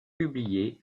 publiée